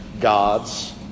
gods